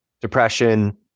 depression